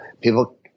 people